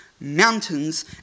mountains